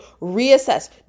reassess